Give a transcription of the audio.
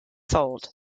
sold